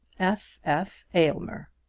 f. f. aylmer.